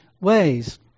ways